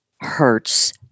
hurts